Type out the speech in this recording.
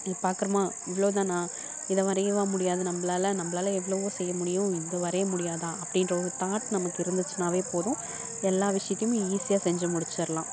இது பார்க்குறோமா இவ்வளோதானா இதை வரையவா முடியாது நம்மளால நம்மளால எவ்வளவோ செய்யமுடியும் இது வரைய முடியாதா அப்படிகிற ஒரு தாட் நமக்கு இருந்துச்சுன்னாவே போதும் இது எல்லா விஷயத்தையுமே ஈஸியாக செஞ்சு முடிச்சிடலாம்